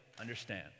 understand